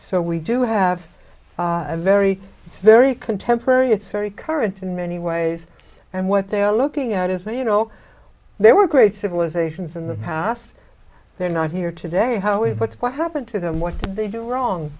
so we do have a very it's very contemporary it's very current in many ways and what they are looking at is no you know there were great civilizations in the past they're not here today howie but what happened to them what they do wrong